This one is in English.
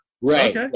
Right